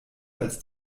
als